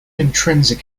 intrinsic